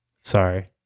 sorry